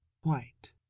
White